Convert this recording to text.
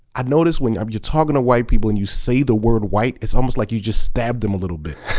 i notice when um you're talking to white people and you say the word white it's almost like you just stabbed em a little bit.